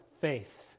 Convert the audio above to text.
faith